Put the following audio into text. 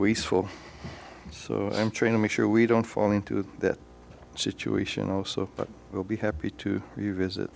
wasteful so i'm trying to make sure we don't fall into that situation also but we'll be happy to revisit